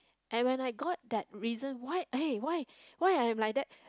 and when I got that reason why eh why why I'm like that